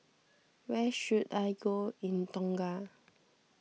where should I go in Tonga